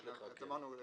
כפי שאמרנו,